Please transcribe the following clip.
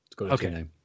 Okay